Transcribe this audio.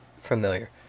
familiar